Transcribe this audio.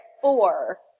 four